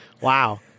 Wow